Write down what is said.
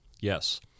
Yes